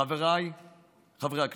חבריי חברי הכנסת,